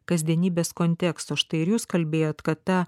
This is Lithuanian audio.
kasdienybės konteksto štai ir jūs kalbėjot kad ta